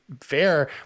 fair